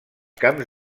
camps